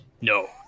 No